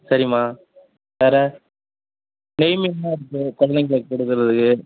சரி அம்மா வேறு நெய் மீன் எல்லாம் இருக்கு இருக்கு